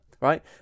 right